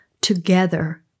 together